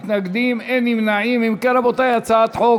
אם כן, רבותי, הצעת החוק